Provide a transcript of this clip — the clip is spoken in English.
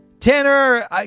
Tanner